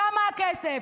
שם הכסף.